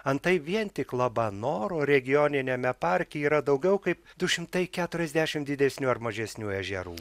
antai vien tik labanoro regioniniame parke yra daugiau kaip du šimtai keturiasdešimt didesnių ar mažesnių ežerų